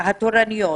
התורנויות.